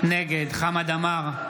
נגד חמד עמאר,